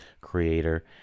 creator